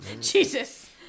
Jesus